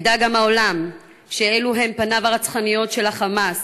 ידע גם העולם שאלו הם פניו הרצחניות של ה"חמאס",